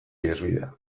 ihesbidea